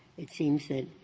it seems that